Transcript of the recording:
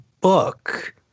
book